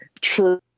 True